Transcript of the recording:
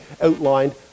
outlined